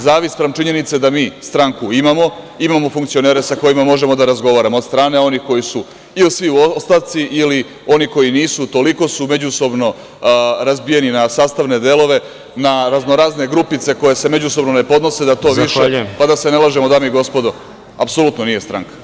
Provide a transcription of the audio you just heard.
Zavist spram činjenice da mi stranku imamo, imamo funkcionere sa kojima možemo da razgovaramo od strane onih koji su ili u ostavci ili oni koji nis, toliko su međusobno razbijeni na sastavne delove, na raznorazne grupice koje se međusobno ne podnose, da to više, pa da se ne lažemo dame i gospodo, apsolutno nije stranka.